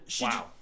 wow